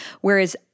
Whereas